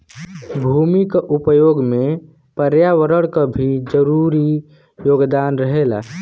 भूमि क उपयोग में पर्यावरण क भी जरूरी योगदान रहेला